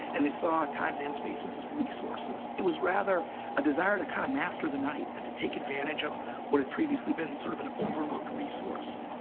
and they saw times and spaces as resources. it was rather a desire to kind of master the night and to take advantage of what had previously been sort of an overlooked resource.